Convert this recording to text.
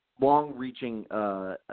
long-reaching